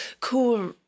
cool